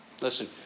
Listen